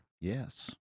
Yes